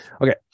Okay